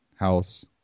house